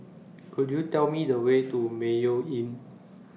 Could YOU Tell Me The Way to Mayo Inn